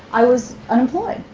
i was unemployed.